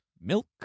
Milk